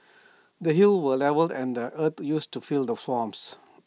the hills were levelled and the earth used to fill the swamps